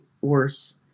worse